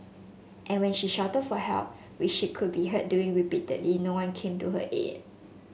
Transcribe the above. and when she shouted for help which she could be heard doing repeatedly no one came to her aid